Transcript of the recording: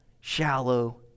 shallow